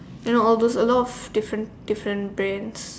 you know all those a lot of different different Brands